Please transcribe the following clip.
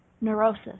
neurosis